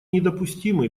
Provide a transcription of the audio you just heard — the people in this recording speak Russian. недопустимы